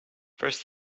first